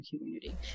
community